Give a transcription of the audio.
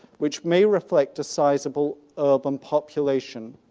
which may reflect a sizable urban population.